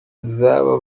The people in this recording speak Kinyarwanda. z’aba